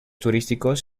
turísticos